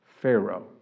Pharaoh